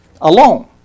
alone